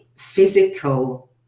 physical